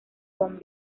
von